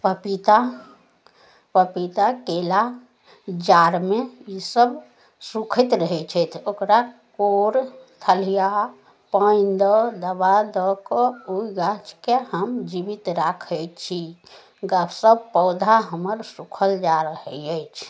पपीता पपीता केला जाड़मे ई सभ सुखाइत रहय छथि ओकरा कोड़ खलिहा पानिदऽ दबा दऽ कऽ ओइ गाछके हम जीबित राखय छी गपशप पौधा हमर सुखल जा रहय अछि